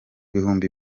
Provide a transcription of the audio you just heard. bihumbi